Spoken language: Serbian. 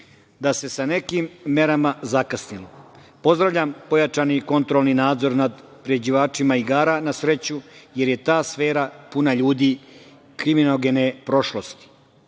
da se sa nekim merama zakasnilo. Pozdravljam pojačani kontrolni nadzor nad priređivačima igara sreću jer je ta sfera puna ljudi kriminogene prošlosti.